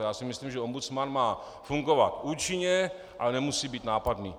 A já si myslím, že ombudsman má fungovat účinně, ale nemusí být nápadný.